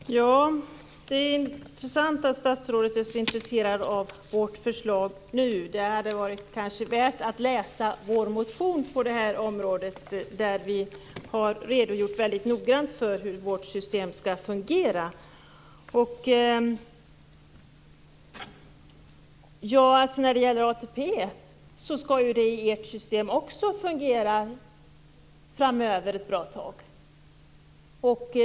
Fru talman! Det är intressant att statsrådet är så intresserad av vårt förslag nu. Det hade kanske varit värt att läsa vår motion på det här området, där vi har redogjort väldigt noggrant för hur vårt system skall fungera. ATP skall också enligt ert system fungera ett bra tag framöver.